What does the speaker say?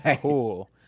Cool